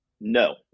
No